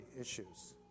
issues